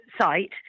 site